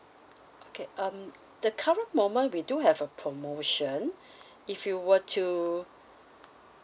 okay um the current moment we do have a promotion if you were to